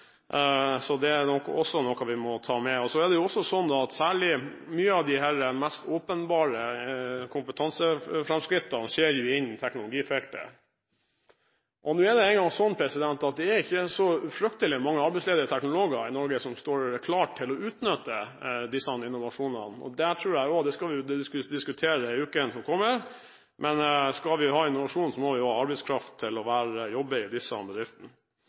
så det er nok også noe vi må ta med. Så er det også sånn at særlig mye av de mest åpenbare kompetanseframskrittene jo skjer innen teknologifeltet. Nå er det engang sånn at det er ikke så fryktelig mange arbeidsledige teknologer i Norge som står klare til å utnytte disse innovasjonene. Det skal vi jo diskutere i uken som kommer. Men skal vi ha innovasjon, må vi ha arbeidskraft til å jobbe i disse bedriftene.